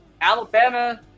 Alabama